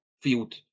field